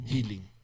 Healing